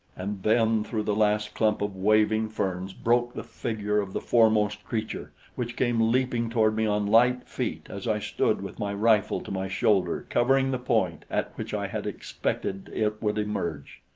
and then through the last clump of waving ferns broke the figure of the foremost creature, which came leaping toward me on light feet as i stood with my rifle to my shoulder covering the point at which i had expected it would emerge.